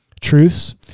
truths